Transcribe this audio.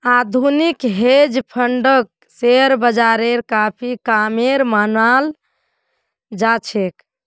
आधुनिक हेज फंडक शेयर बाजारेर काफी कामेर मनाल जा छे